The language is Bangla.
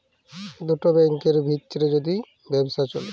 দুটা ব্যাংকের ভিত্রে যদি ব্যবসা চ্যলে